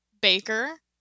baker